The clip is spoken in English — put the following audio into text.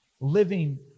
Living